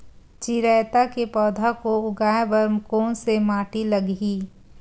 चिरैता के पौधा को उगाए बर कोन से माटी लगही?